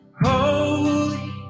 holy